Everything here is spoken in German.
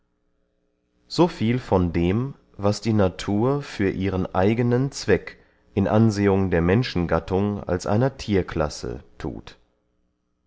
so viel von dem was die natur für ihren eigenen zweck in ansehung der menschengattung als einer thierklasse thut